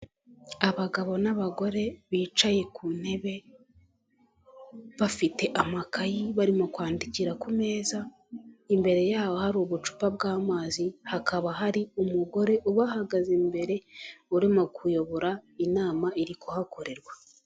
Abagabo n'abagore bicaye ku ntebe bafite amakayi barimo kwandikira ku meza imbere yabo hari ubucupa bw'amazi hakaba hari umugore ubahagaze imbere urimo kuyobora inama iri kuhakorerwa.